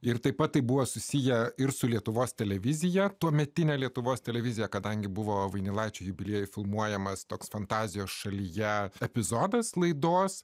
ir taip pat tai buvo susiję ir su lietuvos televizija tuometinę lietuvos televiziją kadangi buvo vainilaičio jubiliejui filmuojamas toks fantazijos šalyje epizodas laidos